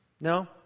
no